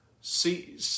see